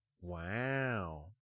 Wow